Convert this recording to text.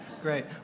Great